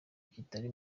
kitari